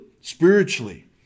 spiritually